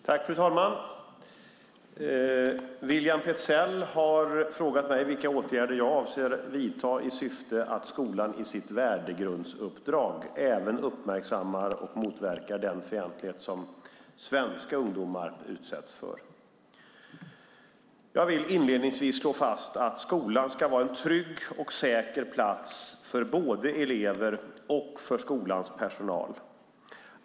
Fru talman! William Petzäll har frågat mig vilka åtgärder jag avser att vidta i syfte att skolan i sitt värdegrundsuppdrag även uppmärksammar och motverkar den fientlighet som svenska ungdomar utsätts för. Jag vill inledningsvis slå fast att skolan ska vara en trygg och säker plats för både elever och skolans personal.